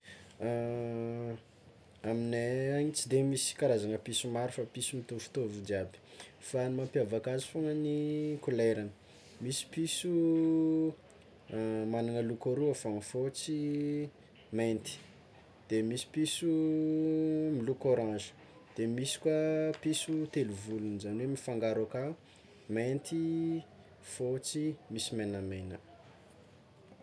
Aminay any tsy de misy karazana piso maro fa piso mitovitovy jiaby fa ny mampiavaka azy fognany kolerany, misy piso magnagna loko roa fôgna fotsy mainty de misy piso miloko orange de misy koa piso telo volo zany hoe mifangaro aka mainty fotsy misy megnamegna.